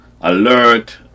alert